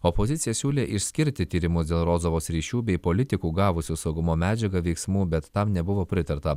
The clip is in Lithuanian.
opozicija siūlė išskirti tyrimus dėl rozovos ryšių bei politikų gavusių saugumo medžiagą veiksmų bet tam nebuvo pritarta